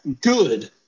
good